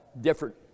different